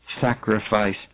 sacrifice